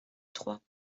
trois